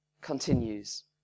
continues